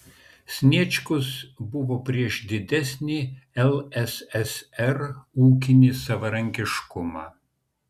sniečkus buvo prieš didesnį lssr ūkinį savarankiškumą